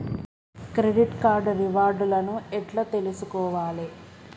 Credit card reward లను ఎట్ల తెలుసుకోవాలే?